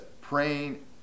praying